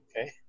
Okay